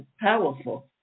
powerful